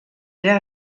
era